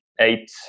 eight